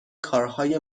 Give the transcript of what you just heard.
کارهای